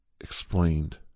explained